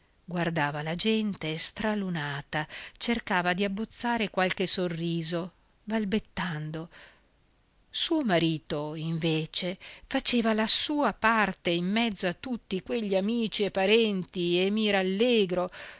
guardava la gente stralunata cercava di abbozzare qualche sorriso balbettando suo marito invece faceva la sua parte in mezzo a tutti quegli amici e parenti e mirallegro